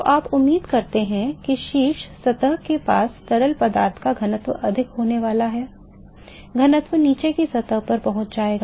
तो आप उम्मीद करते हैं कि शीर्ष सतह के पास तरल पदार्थ का घनत्व अधिक होने वाला है घनत्व नीचे की सतह तक पहुंच जाएगा